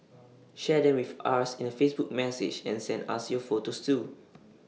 share them with us in A Facebook message and send us your photos too